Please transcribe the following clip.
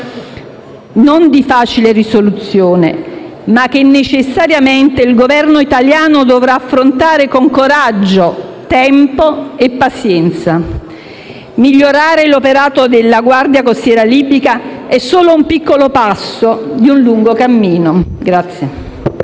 non facile risoluzione, ma che necessariamente il Governo italiano dovrà affrontare con coraggio, tempo e pazienza. Migliorare l'operato della Guardia costiera libica è solo un piccolo passo di un lungo cammino.